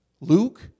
Luke